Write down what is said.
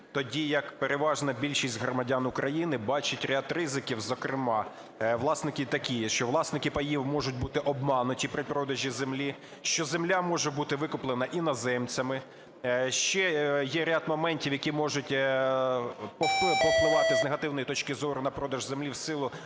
Тоді як переважна більшість громадян України бачить ряд ризиків, зокрема, власники такі є, що власники паїв можуть бути обмануті при продажу землі, що земля може бути викуплена іноземцями, ще є ряд моментів, які можуть повпливати з негативної точки зору на продажу землі в силу